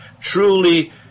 truly